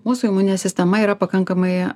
mūsų imuninė sistema yra pakankamai